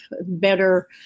better